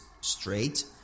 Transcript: straight